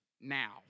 now